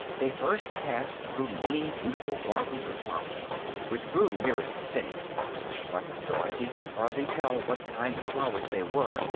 they first passed through many beautiful gardens of flowers, which grew nearest the city but dorothy could hardly tell what kind of flowers they were,